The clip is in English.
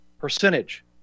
percentage